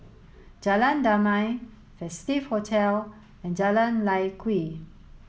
Jalan Damai Festive Hotel and Jalan Lye Kwee